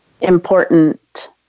important